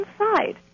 inside